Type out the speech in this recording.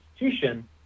institution